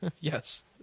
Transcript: Yes